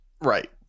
right